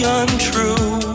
untrue